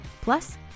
Plus